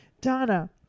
Donna